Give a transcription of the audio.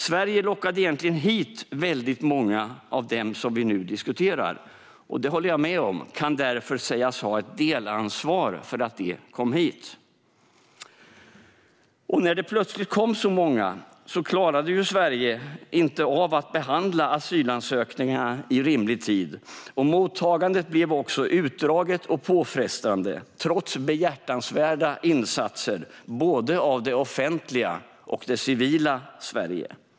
Sverige lockade egentligen hit många av dem som vi nu diskuterar och kan därför - det håller jag med om - sägas ha ett delansvar för att de kom hit. När det plötsligt kom så många klarade inte Sverige av att behandla asylansökningarna i rimlig tid. Mottagandet blev utdraget och påfrestande trots behjärtansvärda insatser av både det offentliga och det civila Sverige.